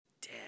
Dead